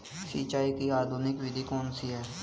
सिंचाई की आधुनिक विधि कौन सी है?